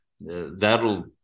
That'll